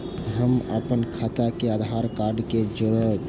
हम अपन खाता के आधार कार्ड के जोरैब?